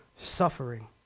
suffering